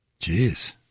Jeez